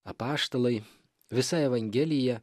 apaštalai visa evangelija